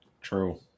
True